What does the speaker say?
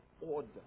order